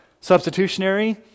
Substitutionary